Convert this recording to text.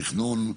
תכנון,